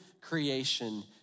creation